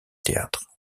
théâtre